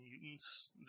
mutants